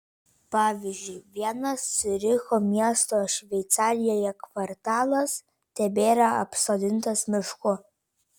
pavyzdžiui vienas ciuricho miesto šveicarijoje kvartalas tebėra apsodintas mišku